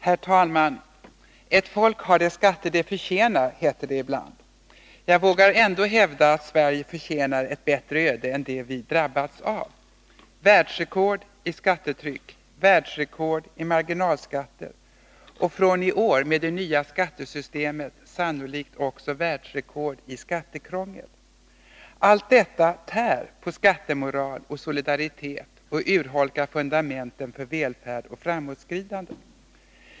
Herr talman! Ett folk har de skatter det förtjänar, heter det ibland. Jag vågar ändå hävda att Sverige förtjänar ett bättre öde än det vi drabbats av: Världsrekord i skattetryck, världsrekord i marginalskatter och från i år, med det nya skattesystemet, sannolikt också världsrekord i skattekrångel. Allt detta tär på skattemoral och solidaritet och urholkar fundamenten för välfärd och framåtskridande.